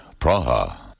Praha